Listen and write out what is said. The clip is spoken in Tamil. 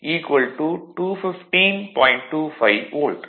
25 வோல்ட்